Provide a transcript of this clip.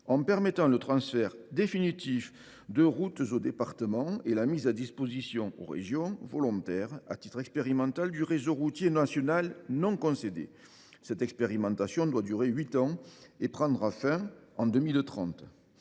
en permettant le transfert définitif de routes aux départements et la mise à disposition, aux régions volontaires et à titre expérimental, du réseau routier national non concédé. Cette expérimentation doit durer huit ans et s’achever en 2030.